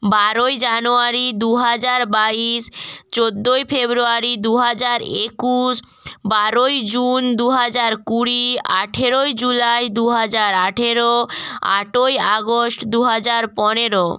বারোই জানুয়ারি দু হাজার বাইশ চোদ্দোই ফেব্রুয়ারি দু হাজার একুশ বারোই জুন দু হাজার কুড়ি আঠেরোই জুলাই দু হাজার আঠেরো আটই আগস্ট দু হাজার পনেরো